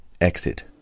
Exit